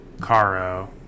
Caro